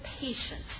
Patient